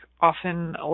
often